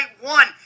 one